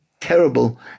terrible